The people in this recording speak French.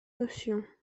notions